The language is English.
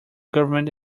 government